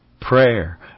prayer